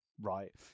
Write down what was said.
right